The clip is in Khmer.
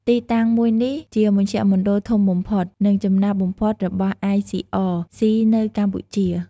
ទីតាំងមួយនេះ ជាមជ្ឈមណ្ឌលធំបំផុត និងចំណាស់បំផុតរបស់ អាយសុី អរ សុីនៅកម្ពុជា។